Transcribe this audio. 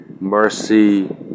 mercy